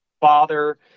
father